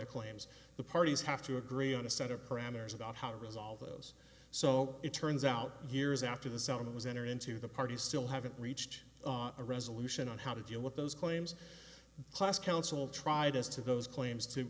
claims the parties have to agree on a set of parameters about how to resolve those so it turns out years after the summit was enter into the party still haven't reached a resolution on how to deal with those claims class council tried as to those claims to